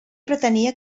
pretenia